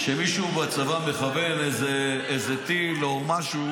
שמישהו בצבא מכוון איזה טיל או משהו